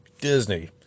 Disney